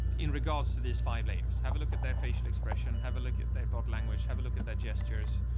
in regards to this. five layers. have a look at their facial expression and have a look at their body language, have a look at their gestures.